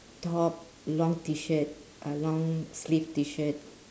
top long T-shirt uh long sleeve T-shirt